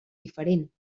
diferent